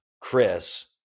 Chris